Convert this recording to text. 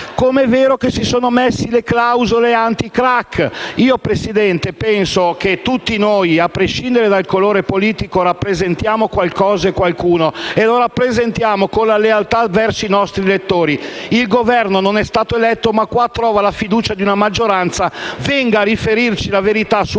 anti-*crack*. *(Applausi del Gruppo LN-Aut)*. Signor Presidente, penso che tutti noi, a prescindere dal colore politico, rappresentiamo qualcosa e qualcuno e lo rappresentiamo con la lealtà verso i nostri elettori. Il Governo non è stato eletto ma in questa sede trova la fiducia di una maggioranza: venga a riferirci la verità sulle